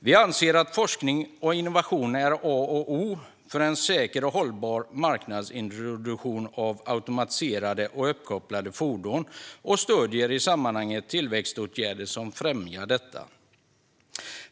Vi anser att forskning och innovation är A och O för en säker och hållbar marknadsintroduktion av automatiserade och uppkopplade fordon och stöder i sammanhanget tillväxtåtgärder som främjar detta.